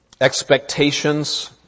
Expectations